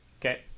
okay